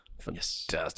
Fantastic